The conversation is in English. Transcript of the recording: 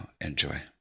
Enjoy